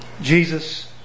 Jesus